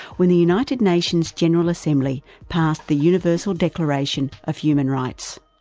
when the united nations general assembly passed the universal declaration of human rights.